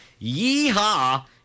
Yeehaw